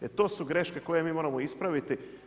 Jer to su greške koje mi moramo ispraviti.